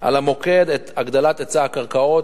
על המוקד את הגדלת היצע הקרקעות.